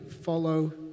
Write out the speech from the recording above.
follow